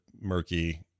murky